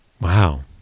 Wow